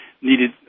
needed